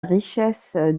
richesse